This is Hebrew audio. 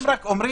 הם רק אומרים: